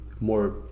more